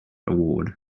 award